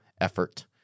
effort